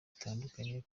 bitandukanye